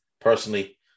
personally